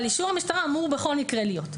אבל אישור המשטרה אמור בכל מקרה להיות.